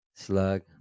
Slug